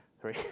Three